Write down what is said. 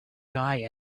guy